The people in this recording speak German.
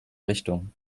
richtung